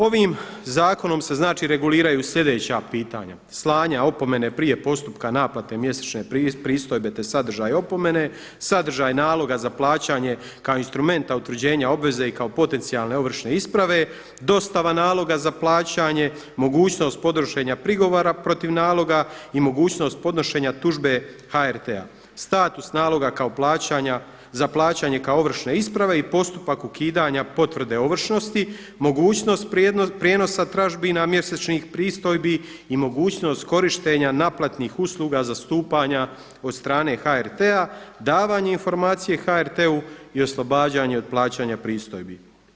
Ovim zakonom se znači reguliraju sljedeća pitanja: slanja opomene prije postupka naplate mjesečne pristojbe, te sadržaj opomene, sadržaj naloga za plaćanje kao instrumenta utvrđenja obveze i kao potencijalne ovršne isprave, dostava naloga za plaćanje, mogućnost podnošenja prigovora protiv naloga i mogućnost podnošenja tužbe HRT-a, status naloga kao plaćanja, za plaćanje kao ovršne isprave i postupak ukidanja potvrde ovršnosti, mogućnost prijenosa tražbina mjesečnih pristojbi i mogućnost korištenja naplatnih usluga zastupanja od strane HRT-a, davanje informacije HRT-u i oslobađanje od plaćanja pristojbi.